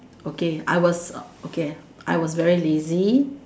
okay I was okay I was very lazy